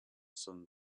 sun